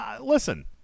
listen